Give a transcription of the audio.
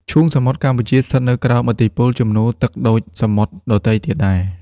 ឈូងសមុទ្រកម្ពុជាស្ថិតនៅក្រោមឥទ្ធិពលជំនោរទឹកដូចសមុទ្រដទៃទៀតដែរ។